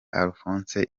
alphonse